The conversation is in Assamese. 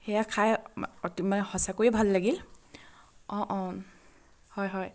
সেয়া খাই অতি মানে সঁচাকৈয়ে ভাল লাগিল অঁ অঁ হয় হয়